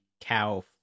cow